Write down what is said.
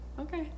okay